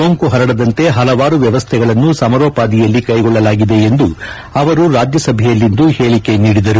ಸೋಂಕು ಹರಡದಂತೆ ಹಲವಾರು ವ್ಯವಸ್ಥೆಗಳನ್ನು ಸಮರೋಪಾದಿಯಲ್ಲಿ ಕೈಗೊಳ್ಳಲಾಗಿದೆ ಎಂದು ಅವರು ರಾಜ್ಯಸಭೆಯಲ್ಲಿಂದು ಹೇಳಿಕೆ ನೀಡಿದರು